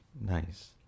Nice